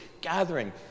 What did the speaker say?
gathering